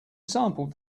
sampled